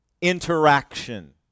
interaction